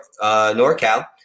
NorCal